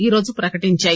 ఈరోజు ప్రకటించాయి